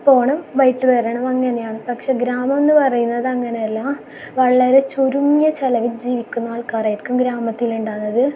പോകണം വൈകിട്ട് വരണം അങ്ങനെയാണ് പക്ഷേ ഗ്രാമം എന്ന് പറയുന്നത് അങ്ങനെയല്ല വളരെ ചുരുങ്ങിയ ചെലവിൽ ജീവിക്കുന്ന ആൾക്കാരായിരിക്കും ഗ്രാമത്തിൽ ഉണ്ടാകുന്നത്